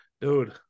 dude